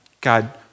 God